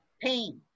pain